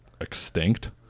extinct